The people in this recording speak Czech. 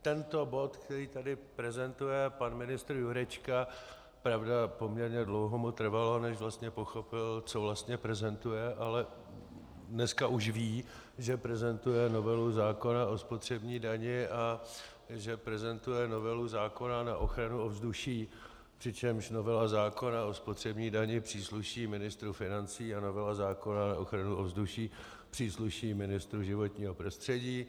Tento bod, který tady prezentuje pan ministr Jurečka pravda, poměrně dlouho mu trvalo, než vlastně pochopil, co vlastně prezentuje, ale dneska už ví, že prezentuje novelu zákona o spotřební dani a že prezentuje novelu zákona na ochranu ovzduší, přičemž novela zákona o spotřební dani přísluší ministru financí a novela zákona na ochranu ovzduší přísluší ministru životního prostředí.